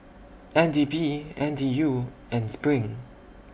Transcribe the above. N D P N T U and SPRING